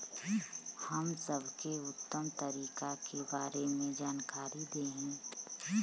हम सबके उत्तम तरीका के बारे में जानकारी देही?